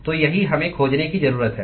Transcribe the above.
तो यही हमें खोजने की जरूरत है